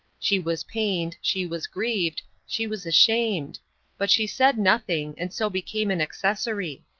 she was pained, she was grieved, she was ashamed but she said nothing, and so became an accessory.